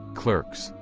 clerks,